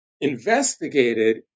investigated